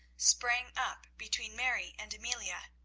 sprang up between mary and amelia.